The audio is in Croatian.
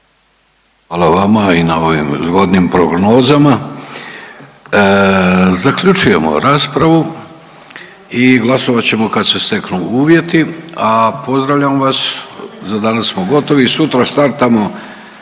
Hvala vama i na ovim zgodnim prognozama. Zaključujemo raspravu i glasovat ćemo kad se steknu uvjeti, a pozdravljamo vas, za danas smo gotovi i sutra startamo